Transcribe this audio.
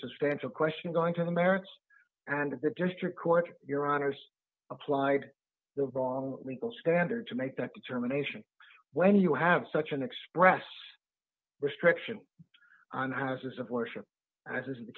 substantial question going to the merits and the district court your honors applied the wrong legal standard to make that determination when you have such an express restriction on houses of worship as is the